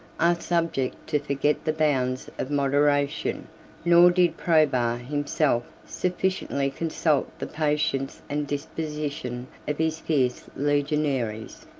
are subject to forget the bounds of moderation nor did probus himself sufficiently consult the patience and disposition of his fierce legionaries.